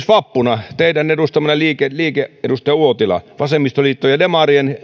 vappuna teidän edustamanne liikkeen edustaja uotila vasemmistoliiton ja demarien